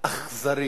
אכזרי